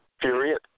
period